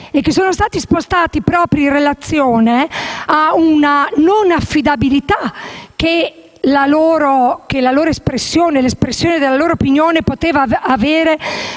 che sono stati spostati proprio in relazione a una non affidabilità che l'espressione della loro opinione poteva avere